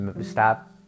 stop